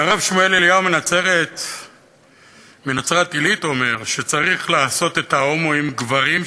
והרב שמואל אליהו מנצרת-עילית אומר שצריך לעשות את ההומואים גברים,